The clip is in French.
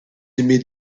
aimez